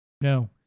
no